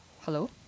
Hello